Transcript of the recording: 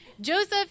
Joseph